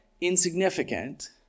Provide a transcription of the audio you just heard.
insignificant